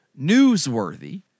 newsworthy